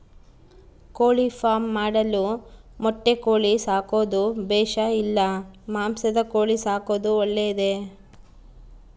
ಕೋಳಿಫಾರ್ಮ್ ಮಾಡಲು ಮೊಟ್ಟೆ ಕೋಳಿ ಸಾಕೋದು ಬೇಷಾ ಇಲ್ಲ ಮಾಂಸದ ಕೋಳಿ ಸಾಕೋದು ಒಳ್ಳೆಯದೇ?